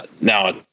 Now